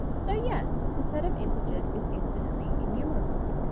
so yes the set of integers is infinitely enumerable.